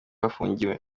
afungiwe